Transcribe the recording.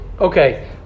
Okay